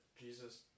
Jesus